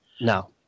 Now